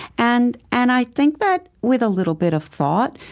and and i think that with a little bit of thought,